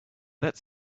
that